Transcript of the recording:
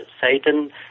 Satan